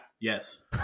yes